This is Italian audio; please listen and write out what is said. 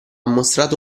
mostrato